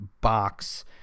box